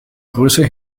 größe